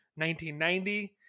1990